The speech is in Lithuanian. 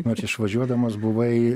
nors išvažiuodamas buvai